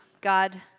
God